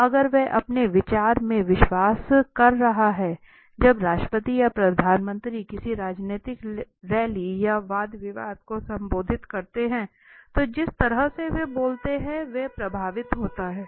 तो अगर वह अपने विचार में विश्वास कर रहा है जब राष्ट्रपति या प्रधानमंत्री किसी राजनीतिक रैली या वाद विवाद को संबोधित करते हैं तो जिस तरह से वे बोलते हैं वह प्रभावित होता है